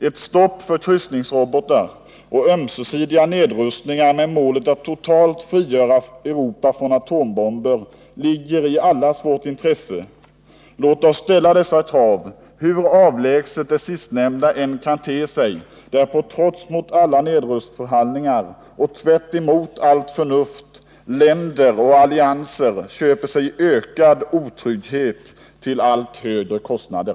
Ett stopp för kryssningsrobotar och ömsesidiga nedrustningar med målet att totalt frigöra Europa från atombomber ligger i allas vårt intresse. Låt oss ställa dessa krav, hur avlägset det sistnämnda än kan te sig. Det är på trots mot alla nedrustningsförhandlingar och tvärt emot allt förnuft länder och allianser köper sig ökad otrygghet till allt högre kostnader.